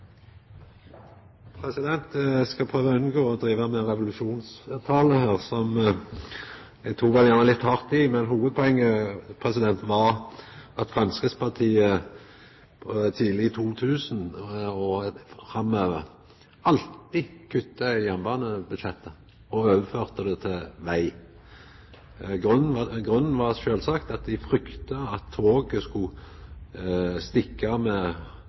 Eg skal prøva å unngå å driva med revolusjonstaler her! Eg tok kanskje litt hardt i, men hovudpoenget var at Framstegspartiet tidleg i 2000 og framover alltid kutta i jernbanebudsjettet og overførte det til veg. Grunnen var sjølvsagt at dei frykta at toget skulle stikka av med